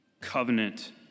covenant